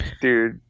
dude